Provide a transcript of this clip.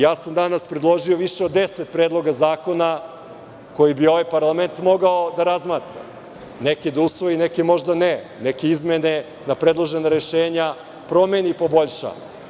Ja sam danas predložio više od deset predloga zakona koje bi ovaj parlament mogao da razmatra, neke da usvoji, neke možda neke, neke izmene na predložena rešenja promeni i poboljša.